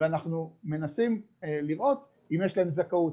ואנחנו מנסים לראות אם יש להם זכאות,